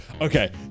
okay